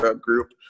group